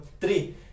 three